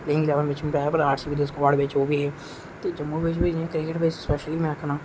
playing eleven च नेईं पाया उनें भला आरसीबी दे स्काड बिच ओह्बी ऐ हे ते जम्मू च बी क्रिकेट बिच स्पेशली में आक्खा ना